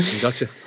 Gotcha